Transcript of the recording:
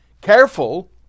careful